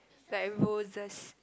like roses